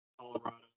Colorado